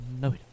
No